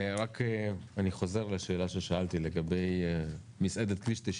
אני חוזר לשאלה ששאלתי לגבי מסעדת כביש 90